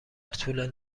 طول